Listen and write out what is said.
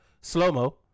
slow-mo